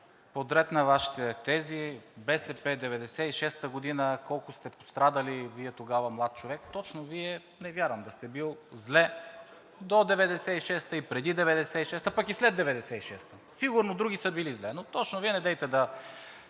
подред на Вашите тези. От БСП 1996 г. колко сте пострадали Вие – тогава млад човек?! Точно Вие не вярвам да сте били зле до 1996-а, преди 1996-а, пък и след 1996 г.! Сигурно други са били зле, но точно Вие недейте да